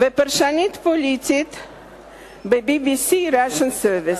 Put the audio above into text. ופרשנית פוליטית ב-BBC, Russian Service.